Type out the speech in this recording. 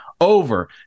over